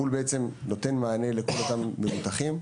הפול נותן מענה לכל אותם מבוטחים.